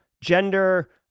gender